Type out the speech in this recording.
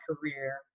career